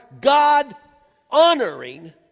God-honoring